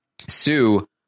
sue